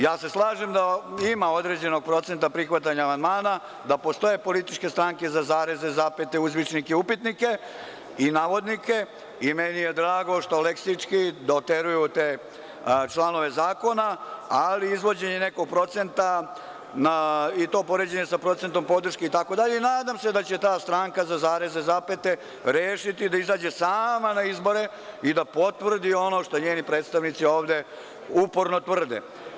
Ja se slažem da ima određenog procenta prihvatanja amandmana, da postoje političke stranke za zareze, zapete, za uzvičnike, upitnike i navodnike i meni je drago što leksički doteruju te članove zakona, ali izvođenje nekog procenta i to poređenje sa procentom podrške itd, nadam se da će ta stranka za zareze, zapete rešiti da izađe sama na izbore i da potvrdi ono što njeni predstavnici ovde uporno tvrde.